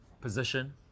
position